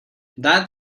that